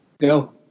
Go